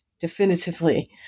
definitively